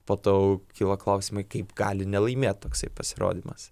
po to kyla klausimai kaip gali nelaimėt toksai pasirodymas